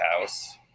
House